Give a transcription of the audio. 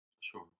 Sure